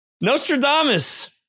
Nostradamus